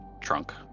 trunk